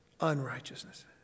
Unrighteousness